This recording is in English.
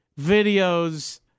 videos